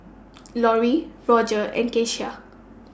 Lorrie Rodger and Keshia